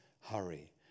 hurry